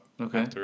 Okay